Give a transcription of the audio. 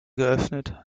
geöffnet